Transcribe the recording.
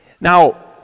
Now